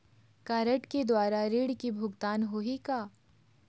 Card के द्वारा ऋण के भुगतान होही का?